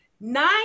nine